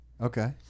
Okay